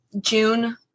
June